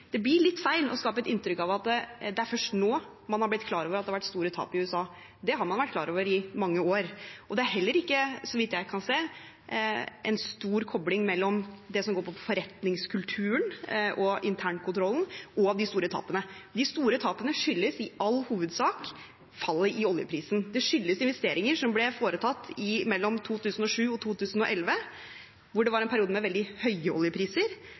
er først nå man har blitt klar over at det har vært store tap i USA. Det har man vært klar over i mange år. Det er heller ikke, så vidt jeg kan se, en stor kobling mellom det som går på forretningskulturen og internkontrollen, og de store tapene. De store tapene skyldes i all hovedsak fallet i oljeprisen. Det skyldes investeringer som ble foretatt mellom 2007 og 2011, en periode med veldig høye oljepriser.